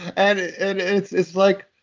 and and it's it's like,